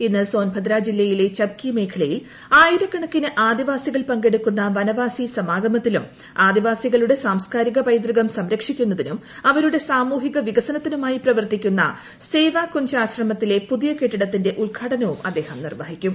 ഇന്ന് സോൻഭദ്ര ജില്ലയിലെ ചപ്കി മേഖലയിൽ ആയിരക്കണക്കിന് ആദിവാസികൾ പങ്കെടുക്കുന്ന വനവാസി സമാഗമത്തിലും ആദിവാസികളുടെ സാംസ്കാരിക പൈതൃകും സംരക്ഷിക്കുന്നതിനും അവരുടെ സാമൂഹിക വികസനത്തിന്റുമൂട്ടായി പ്രവർത്തിക്കുന്ന സേവ കുഞ്ച് ആശ്രമത്തിലെ പുതിയും കെട്ടിടത്തിന്റെ ഉദ്ഘാടനവും അദ്ദേഹം നിർവ്വഹിക്കും